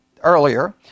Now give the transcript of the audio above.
earlier